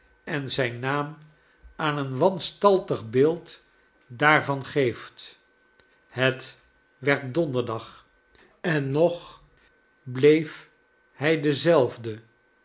en zijn naam aan een wanstaltig beeld daarvan geeft het werd donderdag en nog bleef hij dezelfde